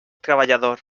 treballador